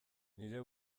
nire